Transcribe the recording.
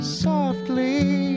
softly